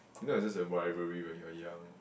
if not it's just a rivalry when you're young